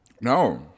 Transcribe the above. No